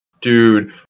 Dude